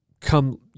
come